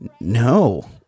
no